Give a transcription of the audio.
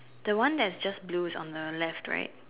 the one's that just blue is on the left right